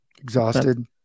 exhausted